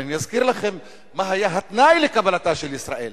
אבל אני אזכיר לכם מה היה התנאי לקבלתה של ישראל: